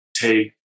take